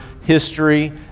history